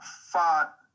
fought